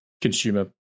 consumer